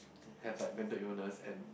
have like mental illness and